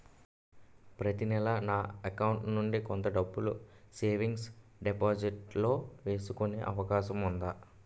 ప్రతి నెల నా అకౌంట్ నుండి కొంత డబ్బులు సేవింగ్స్ డెపోసిట్ లో వేసుకునే అవకాశం ఉందా?